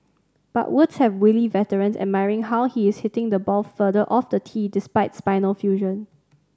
but Woods has wily veterans admiring how he is hitting the ball further off the tee despite spinal fusion